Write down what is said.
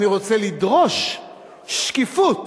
אני רוצה לדרוש שקיפות,